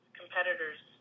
competitors